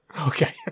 Okay